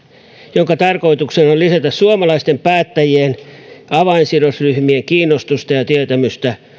jonka tarkoituksena on lisätä suomalaisten päättäjien ja avainsidosryhmien kiinnostusta ja tietämystä